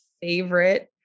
favorite